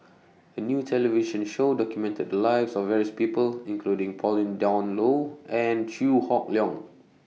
A New television Show documented The Lives of various People including Pauline Dawn Loh and Chew Hock Leong